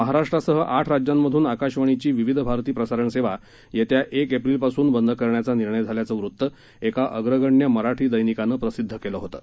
महाराष्ट्रासह आठ राज्यांमधून आकाशवाणीची विविध भारती प्रसारण सेवा येत्या एक एप्रिलपासून बंद करण्याचा निर्णय झाल्याचं वृत्तं एका अग्रगण्य मराठी दैनिकानं प्रसिद्ध केलं होतं